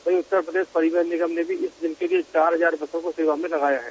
वहीं उत्तर प्रदेश परिवहन निगम ने भी इस दिन के लिये चार हजार बसों को सेवा में लगाया है